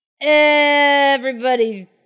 Everybody's